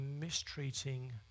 mistreating